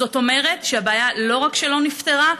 זאת אומרת שהבעיה לא רק שלא נפתרה,